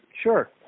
sure